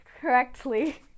correctly